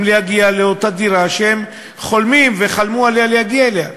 להגיע לדירה שהם חולמים וחלמו להגיע אליה.